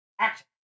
Action